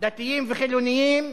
דתיים וחילונים,